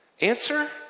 Answer